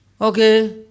Okay